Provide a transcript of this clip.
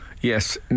Yes